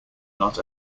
not